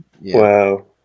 Wow